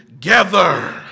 together